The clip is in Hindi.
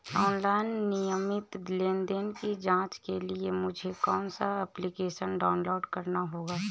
ऑनलाइन नियमित लेनदेन की जांच के लिए मुझे कौनसा एप्लिकेशन डाउनलोड करना होगा?